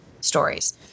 stories